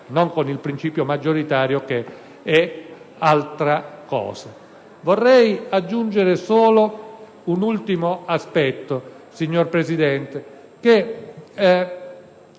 non con il principio maggioritario, che è altra cosa. Vorrei aggiungere solo un ultimo aspetto, signor Presidente, che